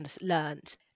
learned